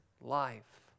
life